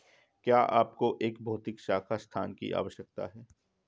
क्या आपको एक भौतिक शाखा स्थान की आवश्यकता है?